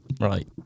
right